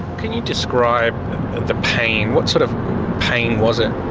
can you describe the pain? what sort of pain was it?